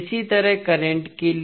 इसी तरह करंट के लिए